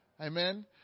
Amen